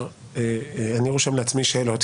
אני רושם לעצמי שאלות.